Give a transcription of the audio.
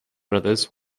brothers